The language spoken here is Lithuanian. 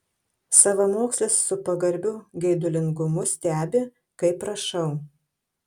savamokslis su pagarbiu geidulingumu stebi kaip rašau